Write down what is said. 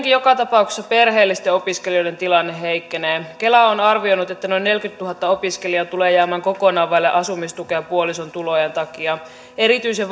joka tapauksessa perheellisten opiskelijoiden tilanne heikkenee kela on arvioinut että noin neljäkymmentätuhatta opiskelijaa tulee jäämään kokonaan vaille asumistukea puolison tulojen takia erityisen